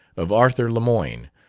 of arthur lemoyne,